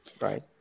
Right